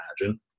imagine